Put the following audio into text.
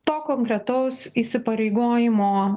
to konkretaus įsipareigojimo